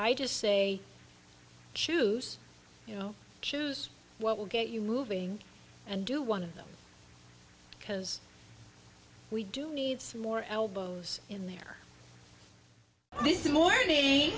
i just say choose you know choose what will get you moving and do one of them because we do need some more elbows in there this morning